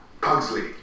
Pugsley